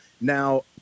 Now